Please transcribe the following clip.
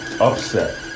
Upset